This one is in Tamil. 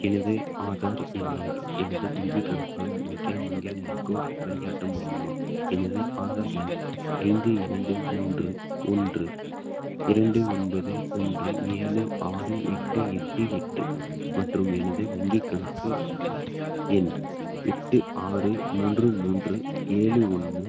எனது ஆதார் எண்ணை எனது வங்கிக் கணக்குடன் இணைக்க நீங்கள் எனக்கு வழிகாட்ட முடியுமா எனது ஆதார் எண் ஐந்து இரண்டு மூன்று ஒன்று இரண்டு ஒன்பது ஒன்று ஏழு ஆறு எட்டு எட்டு எட்டு மற்றும் எனது வங்கிக் கணக்கு எண் எட்டு ஆறு மூன்று மூன்று ஏழு ஒன்று